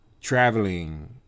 traveling